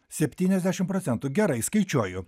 septyniasdešimt proc gerai skaičiuoju